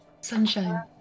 Sunshine